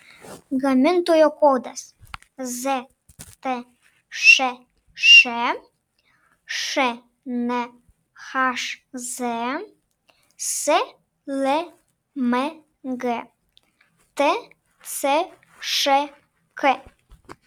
gamintojo kodas ztšš šnhz slmg tcšk